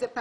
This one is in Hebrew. זה.